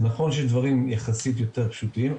נכון שדברים יחסית יותר פשוטים,